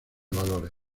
valores